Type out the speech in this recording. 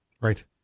Right